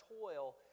toil